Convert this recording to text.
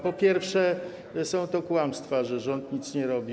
Po pierwsze, to są kłamstwa, że rząd nic nie robi.